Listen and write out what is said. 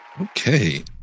Okay